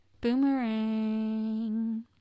Boomerang